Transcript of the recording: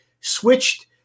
switched